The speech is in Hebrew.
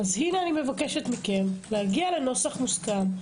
אני מבקשת מכם להגיע לנוסח מוסכם,